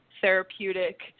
therapeutic